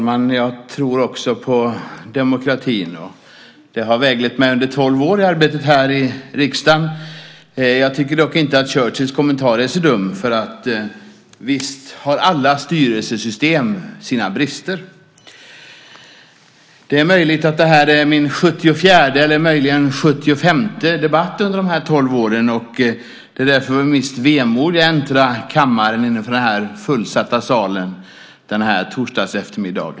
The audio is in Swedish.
Fru talman! Jag tror också på demokratin. Det har väglett mig under tolv år i arbetet här i riksdagen. Jag tycker dock inte att Churchills kommentar är så dum. Visst har alla styrelsesystem sina brister. Detta är min 74:e eller möjligen 75:e debatt under dessa tolv år. Det är därför med visst vemod jag äntrar talarstolen inför den fullsatta plenisalen denna torsdagseftermiddag.